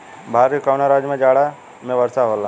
भारत के कवना राज्य में जाड़ा में वर्षा होला?